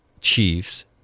chiefs